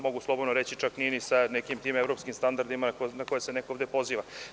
Mogu slobodno reći, nije čak ni sa tim evropskim standardima na koje se neko ovde poziva.